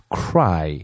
cry